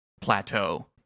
plateau